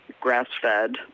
grass-fed